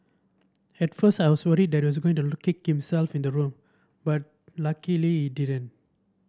at first I was worried that he was going to lock himself in the room but luckily he didn't